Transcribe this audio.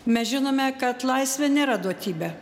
mes žinome kad laisvė nėra duotybė